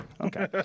Okay